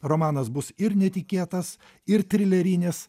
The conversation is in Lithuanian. romanas bus ir netikėtas ir trilerinis